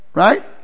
right